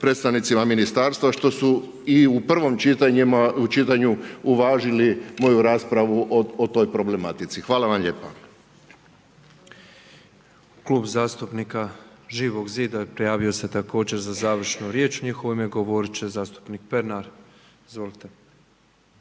predstavnicima ministarstva što su i u prvom čitanju uvažili moju raspravu o toj problematici. Hvala vam lijepa. **Petrov, Božo (MOST)** Klub zastupnika Živog zida prijavio se također za završnu riječ, u njihovo ime govorit će zastupnik Pernar. Izvolite.